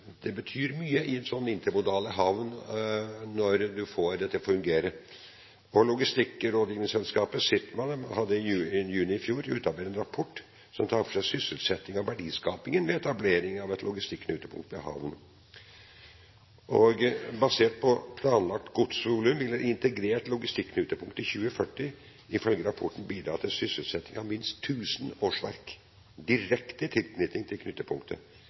det betyr mye når du får dette til å fungere i en intermodal havn. Logistikkrådgivningsselskapet Sitma utarbeidet i juni i fjor en rapport som tar for seg sysselsettings- og verdiskapingspotensialet ved etablering av et logistikknutepunkt med havn. Basert på planlagt godsvolum vil et integrert logistikknutepunkt i 2040 ifølge rapporten bidra til sysselsetting, minst 1 000 årsverk, direkte i tilknytning til